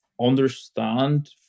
understand